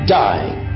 dying